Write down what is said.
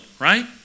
right